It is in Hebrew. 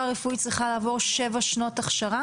רפואית צריכה לעבור שבע שנות הכשרה?